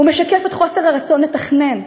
הוא משקף את חוסר הרצון לתכנן,